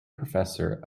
professor